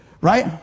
Right